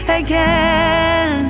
again